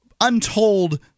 untold